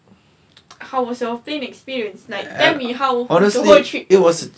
how was your plane experience like tell me how the whole trip